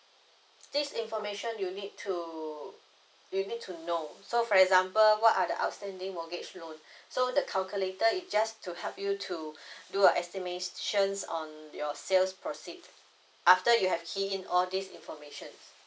this information you need to know so for example what are the outstanding mortgage loan so the calculator is just to help you to do a estimations on your sales proceed after you have key in all this information